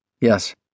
Yes